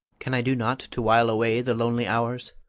can i do nought to while away the lonely hours?